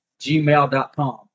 gmail.com